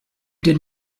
did